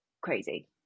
crazy